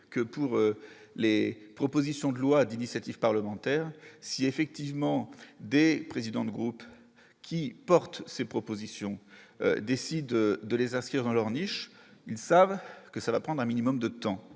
que pour les propositions de loi d'initiative parlementaire si effectivement des présidents de groupe qui porte ses propositions décide de les inscrire dans leur niche, ils savent que ça va prendre un minimum de temps,